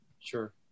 Sure